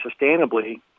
sustainably